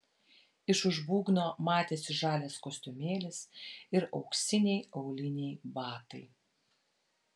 iš už būgno matėsi žalias kostiumėlis ir auksiniai auliniai batai